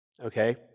okay